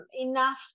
enough